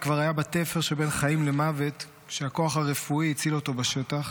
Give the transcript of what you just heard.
וכבר היה בתפר שבין חיים למוות כשהכוח הרפואי הציל אותו בשטח,